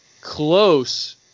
close